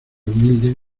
humilde